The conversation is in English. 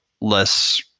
less